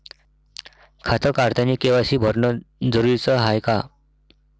खातं काढतानी के.वाय.सी भरनं जरुरीच हाय का?